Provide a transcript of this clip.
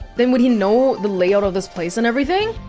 then would he know the layout of this place and everything?